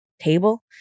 table